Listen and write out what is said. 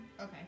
Okay